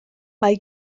mae